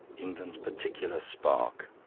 england's particular spark.